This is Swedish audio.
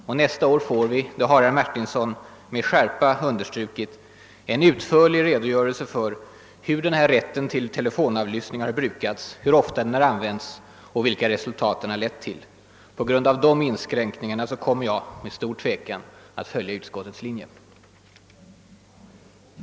Och nästa år får vi — det har herr Martinsson med skärpa understrukit — en utförlig redogörelse för hur denna rätt till telefonavlyssning har brukats, hur ofta den har använts och vilka resultat den har lett till. På grund av de inskränkningarna kommer jag, med stor tvekan, att följa utskottets linje.